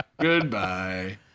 Goodbye